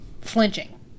flinching